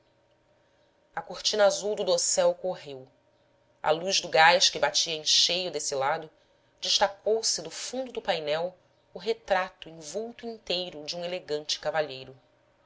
a cortina azul do dossel correu à luz do gás que batia em cheio desse lado destacou-se do fundo do painel o retrato em vulto inteiro de um elegante cavalheiro